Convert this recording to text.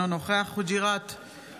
אינו נוכח עמית הלוי,